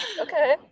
Okay